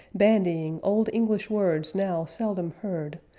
bandying old english words now seldom heard,